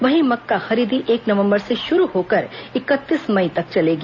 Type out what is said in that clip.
वहीं मक्का खरीदी एक नवम्बर से शुरू होकर इकतीस मई तक चलेगी